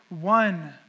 one